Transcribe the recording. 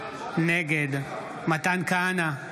נגד מתן כהנא,